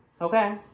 okay